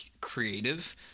creative